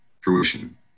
fruition